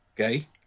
Okay